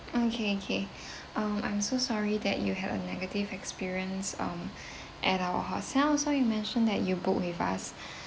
okay K um I'm so sorry that you have a negative experience um at our hotel so you mentioned that you booked with us